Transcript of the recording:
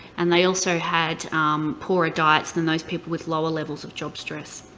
and they also had poorer diets than those people with lower levels of job stress.